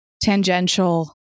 tangential